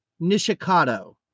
nishikado